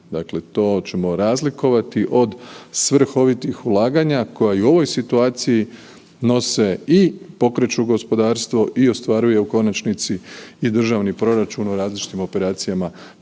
dakle to ćemo razlikovati od svrhovitih ulaganja koja i u ovoj situaciji nose i pokreću gospodarstvo i ostvaruje u konačnici i državni proračun o različitim operacijama